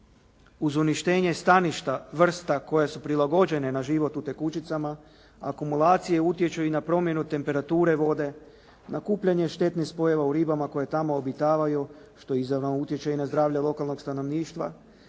Uz uništenje staništa vrsta koje su prilagođene na život u tekućicama akumulacije utječu i na promjenu temperature vode, nakupljanje štetnih spojeva u ribama koje tamo obitavaju što utječe i na zdravlje lokalnog stanovništva,